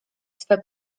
swe